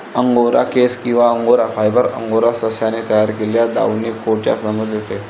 angora केस किंवा angora fibre, angora सशाने तयार केलेल्या डाउनी कोटचा संदर्भ देते